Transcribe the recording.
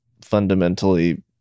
fundamentally